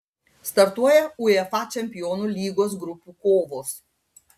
startuoja uefa čempionų lygos grupių kovos